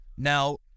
Now